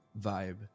vibe